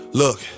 look